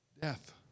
death